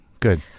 Good